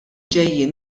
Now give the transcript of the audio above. ġejjin